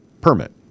permit